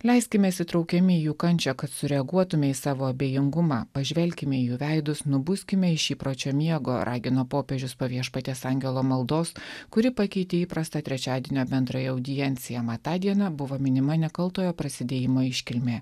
leiskimės įtraukiami į jų kančią kad sureaguotume į savo abejingumą pažvelkime į jų veidus nubuskime iš įpročio miego ragino popiežius po viešpaties angelo maldos kuri pakeitė įprastą trečiadienio bendrąją audienciją mat tą dieną buvo minima nekaltojo prasidėjimo iškilmė